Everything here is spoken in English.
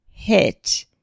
hit